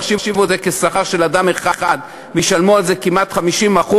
יחשיבו אותו כשכר של אדם אחד וישלמו על זה כמעט 50%,